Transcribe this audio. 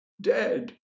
dead